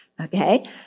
Okay